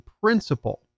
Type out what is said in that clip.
principle